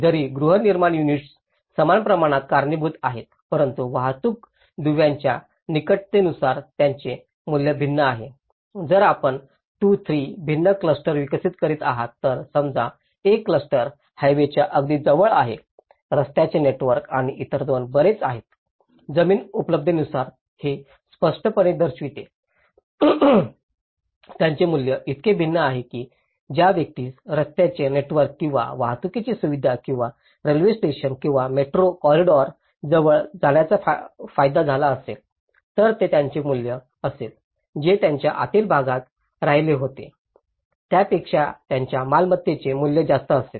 जरी गृहनिर्माण युनिट्स समान प्रमाणात कारणीभूत आहेत परंतु वाहतूक दुव्यांच्या निकटतेनुसार त्याचे मूल्य भिन्न आहे जर आपण 2 3 भिन्न क्लस्टर विकसित करीत आहोत तर समजा एक क्लस्टर हायवेच्या अगदी जवळ आहे रस्त्याचे नेटवर्क आणि इतर दोन बरेच आहेत जमीन उपलब्धतेनुसार हे स्पष्टपणे दर्शविते त्याचे मूल्य इतके भिन्न आहे की ज्या व्यक्तीस रस्त्याचे नेटवर्क किंवा वाहतुकीची सुविधा किंवा रेल्वे स्टेशन किंवा मेट्रो कॉरिडॉर जवळ जाण्याचा फायदा झाला असेल तर ते त्याचे मूल्य असेल जे त्याच्या आतील भागात राहिले होते त्यापेक्षा त्याच्या मालमत्तेचे मूल्य जास्त असेल